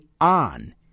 on